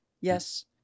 Yes